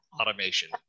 Automation